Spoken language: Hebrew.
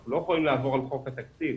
אנחנו לא יכולים לעבור על חוק התקציב.